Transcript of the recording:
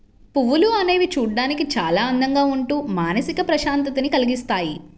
పువ్వులు అనేవి చూడడానికి చాలా అందంగా ఉంటూ మానసిక ప్రశాంతతని కల్గిస్తాయి